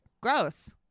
Gross